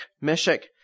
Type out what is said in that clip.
Meshach